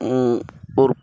ஒரு